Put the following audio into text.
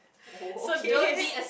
oh okay